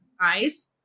eyes